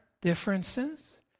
differences